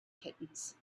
kittens